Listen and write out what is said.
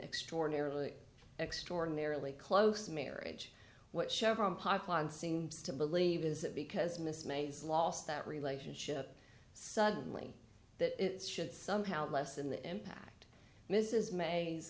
extraordinarily extraordinarily close marriage what chevron pipeline seems to believe is that because miss mays lost that relationship suddenly that should somehow lessen the impact mrs may